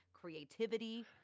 creativity